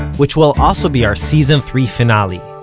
which will also be our season three finale.